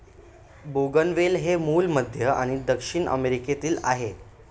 बोगनवेल हे मूळ मध्य आणि दक्षिण अमेरिकेतील आहे